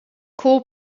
call